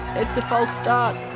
it's a false start.